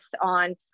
on